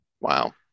Wow